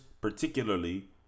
particularly